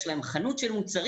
יש להם חנות של מוצרים.